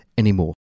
anymore